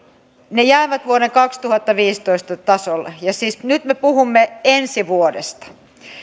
ne jäävät vuoden kaksituhattaviisitoista tasolle ja siis nyt me puhumme ensi vuodesta